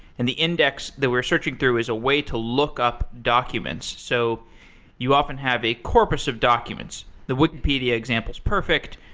and the index that we're searching through is a way to lookup documents. so you often have a corpus of documents. the wikipedia example is perfect.